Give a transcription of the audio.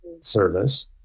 service